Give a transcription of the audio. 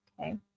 okay